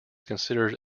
considered